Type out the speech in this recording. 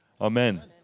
Amen